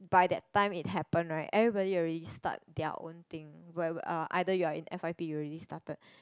by that time it happened right everybody already start their own thing where um either you are in f_y_p you already started